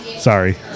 sorry